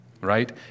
Right